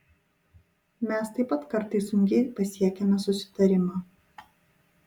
mes taip pat kartais sunkiai pasiekiame susitarimą